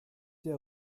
der